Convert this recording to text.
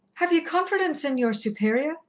have ye confidence in your superior?